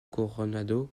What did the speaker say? coronado